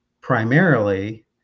primarily